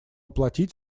платить